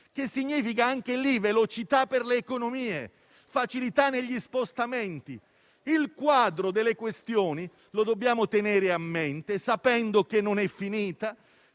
che significa velocità per le economie, facilità negli spostamenti. Il quadro delle questioni lo dobbiamo tenere a mente sapendo che non è finita,